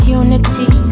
unity